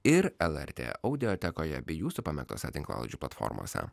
ir lrt audiotekoje bei jūsų pamėgtose tinklalaidžių platformose